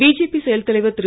BJP செயல் தலைவர் திரு